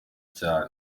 cyane